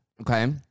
Okay